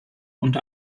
und